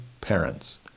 parents